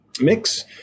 mix